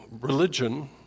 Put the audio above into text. religion